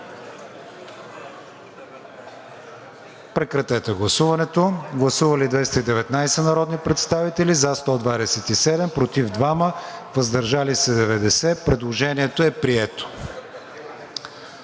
режим на гласуване. Гласували 219 народни представители: за 127, против 2, въздържали се 90. Предложението е прието.